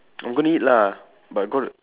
I'm going to eat lah but got